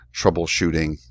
troubleshooting